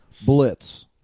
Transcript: Blitz